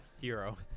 Hero